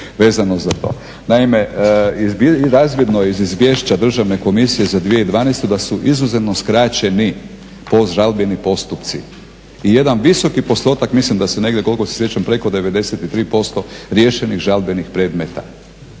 vezano za to. Naime, razvidno je iz izvješća državne komisije za 2012.da su … skraćeni žalbeni postupci i jedan visoki postotak mislim da se negdje koliko se sjećam preko 93% riješenih žalbenih predmeta.